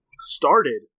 started